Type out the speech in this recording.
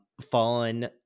fallen